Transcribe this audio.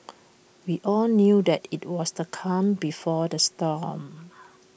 we all knew that IT was the calm before the storm